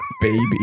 baby